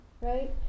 right